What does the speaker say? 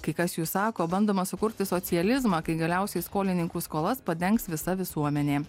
kai kas jų sako bandoma sukurti socializmą kai galiausiai skolininkų skolas padengs visa visuomenė